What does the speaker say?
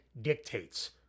dictates